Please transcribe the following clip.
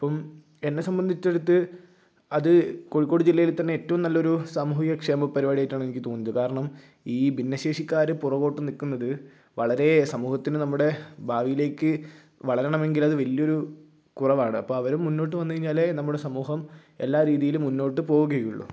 അപ്പം എന്നെ സംബന്ധിച്ചിടത്ത് അത് കോഴിക്കോട് ജില്ലയിലെ തന്നെ ഏറ്റവും നല്ലൊരു സാമൂഹിക ക്ഷേമ പരിപാടി ആയിട്ടാണ് എനിക്ക് തോന്നിയത് കാരണം ഈ ഭിന്നശേഷിക്കാര് പുറകോട്ട് നിക്കുന്നത് വളരെ സമൂഹത്തിന് നമ്മടെ ഭാവിലേയ്ക്ക് വളരണമെങ്കിൽ അത് വലിയൊരു കുറവാണ് അപ്പം അവരും മുന്നോട്ട് വന്ന് കഴിഞ്ഞാലേ നമ്മുടെ സമൂഹം എല്ലാ രീതിയിലും മുന്നോട്ട് പോവുകയുള്ളു